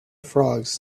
frogs